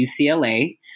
UCLA